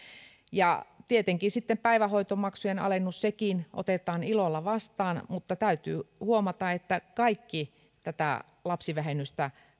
ja tietenkin päivähoitomaksujen alennuskin otetaan ilolla vastaan mutta täytyy huomata että kaikissa tätä lapsivähennystä